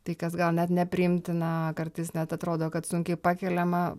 tai kas gal net nepriimtina kartais net atrodo kad sunkiai pakeliama